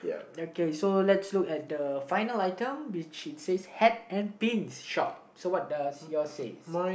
okay so let's look at the final item which it says hat and pin shop so what does yours says